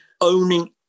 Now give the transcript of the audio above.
owning